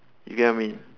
you get what I mean